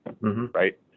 right